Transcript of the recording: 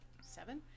Seven